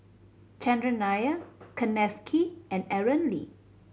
Chandran Nair Kenneth Kee and Aaron Lee